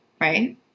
right